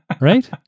right